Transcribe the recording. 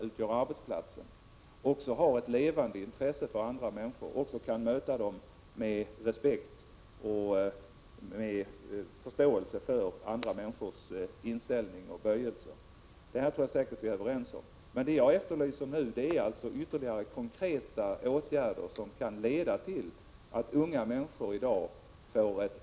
Sammanfattningsvis, herr talman, vill jag åter konstatera att möjligheterna att rekrytera och behålla kompetent personal är avgörande för utvecklingen av såväl barnomsorg som äldreoch handikappomsorg samt hälsooch sjukvården.